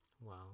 Wow